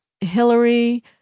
Hillary